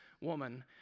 woman